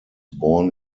born